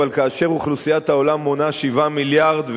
אבל כאשר אוכלוסיית העולם מונה 7 מיליארד,